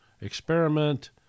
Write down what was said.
experiment